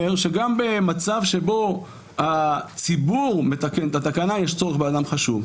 אומר שגם במצב שבו הציבור מתקן את התקנה יש צורך באדם חשוב.